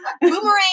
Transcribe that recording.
boomerang